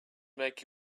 make